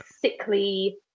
sickly